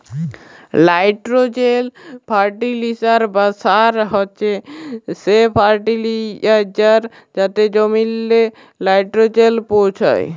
nitrogen fertiliser বা সার হছে সে ফার্টিলাইজার যাতে জমিল্লে লাইট্রোজেল পৌঁছায়